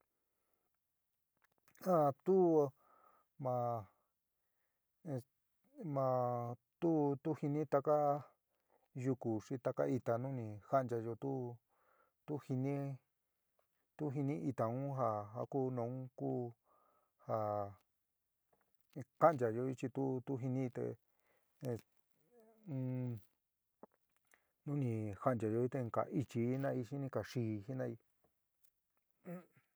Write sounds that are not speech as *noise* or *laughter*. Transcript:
A tu ma *unintelligible* ma tu tu jinɨ taka yuku xi taka ita nu ni ja'anchayoi tu tu jinɨ tu jinɨ ita un ja ja ku nu ku ja kanchayoi chi tu tu jiniɨ te *unintelligible* ni janchayoi te ka ichiɨ jina'ai ka xiíí jinai.